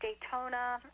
Daytona